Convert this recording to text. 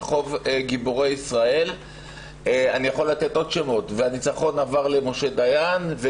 רחוב גיבורי ישראל והניצחון עבר למשה דיין,